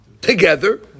together